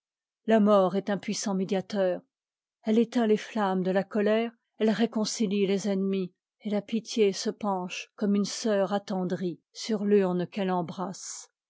la mort est un puis sant médiateur elle éteint les flammes de la co ière elle réconcilie les ennemis et la pitié se penche comme une sœur attendrie sur l'urne qu'elle embrasse